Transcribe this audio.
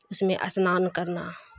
اس میں اسنان کرنا